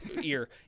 ear